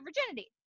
virginity